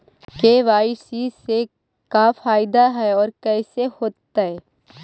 KYC से का फायदा है और कैसे होतै?